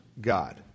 God